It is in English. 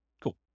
Cool